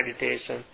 meditation